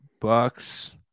Bucks